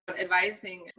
advising